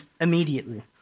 immediately